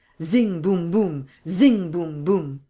zing, boum, boum! zing, boum, boum.